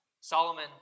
Solomon